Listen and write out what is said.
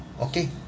okay